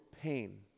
pain